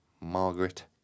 Margaret